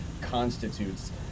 constitutes